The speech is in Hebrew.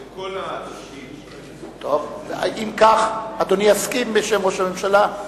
לכל, טוב, אם כך, אדוני יסכים בשם ראש הממשלה?